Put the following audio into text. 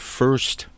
first